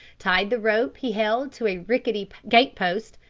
tied the rope he held to a rickety gate post,